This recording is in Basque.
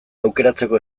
aukeratzeko